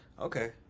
Okay